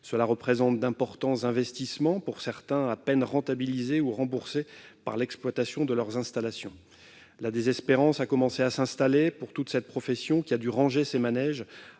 Cela représente d'importants investissements, pour certains à peine rentabilisés ou remboursés par l'exploitation de leurs installations. La désespérance a commencé à s'installer pour toute cette profession, qui a dû ranger ses manèges,